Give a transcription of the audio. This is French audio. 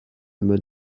mode